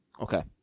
Okay